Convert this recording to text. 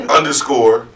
Underscore